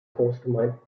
großgemeinden